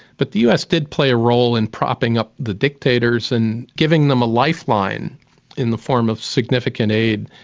but the us did play a role in propping up the dictators and giving them a lifeline in the form of significant aid,